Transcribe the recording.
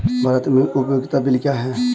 भारत में उपयोगिता बिल क्या हैं?